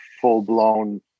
full-blown